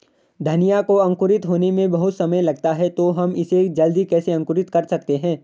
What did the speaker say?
धनिया को अंकुरित होने में बहुत समय लगता है तो हम इसे जल्दी कैसे अंकुरित कर सकते हैं?